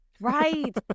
Right